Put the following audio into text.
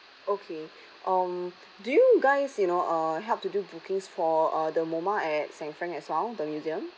okay um do you guys you know uh help to do bookings for uh the MOMA at san fran as well the museum